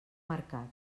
mercat